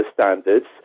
standards